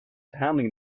handling